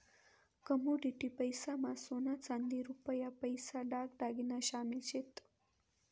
commodity पैसा मा सोना चांदी रुपया पैसा दाग दागिना शामिल शेत